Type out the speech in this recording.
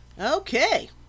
Okay